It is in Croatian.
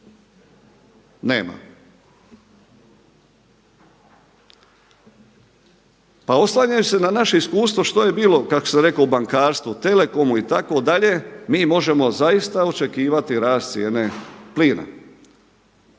nema. Pa oslanjaju se na naše iskustvo što je bilo što sam rekao u bankarstvu, telekomu itd. mi možemo zaista očekivati rast cijene plina.